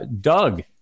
Doug